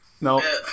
No